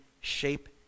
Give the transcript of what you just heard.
shape